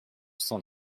sans